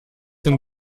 dem